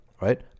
right